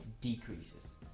decreases